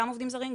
גם עובדים זרים,